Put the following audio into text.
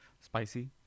Spicy